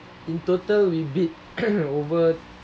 in total we beat over